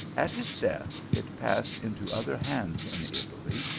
at his death it passed into other hands in italy,